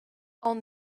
own